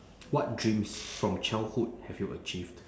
what dreams from childhood have you achieved